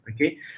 Okay